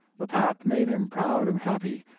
the pat made him proud and happy,